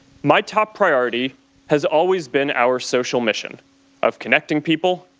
my top priority has always been our social mission of connecting people,